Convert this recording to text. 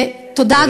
תודה.